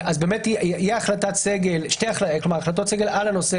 יהיו החלטות סגל על הנושא